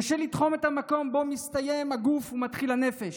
קשה לתחום את המקום שבו מסתיים הגוף ומתחילה הנפש,